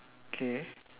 K